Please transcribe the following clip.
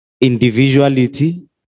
individuality